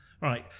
Right